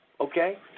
okay